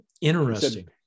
Interesting